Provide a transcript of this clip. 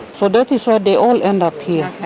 so that is why they all end up here.